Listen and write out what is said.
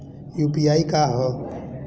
UPI का ह?